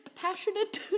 Passionate